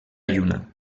lluna